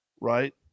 right